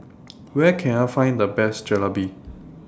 Where Can I Find The Best Jalebi